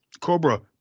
Cobra